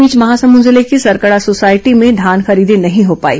इस बीच महासमुंद जिले की सरकड़ा सोसायटी में धान खरीदी नहीं हो पाई